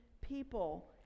people